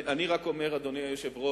אני רק אומר, אדוני היושב-ראש,